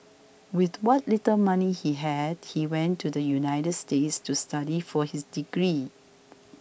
with what little money he had he went to the United States to study for his degree